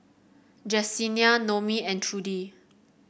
Jessenia Noemi and Trudy